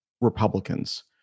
Republicans